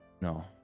No